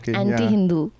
anti-Hindu